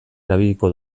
erabiliko